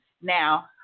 Now